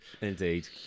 indeed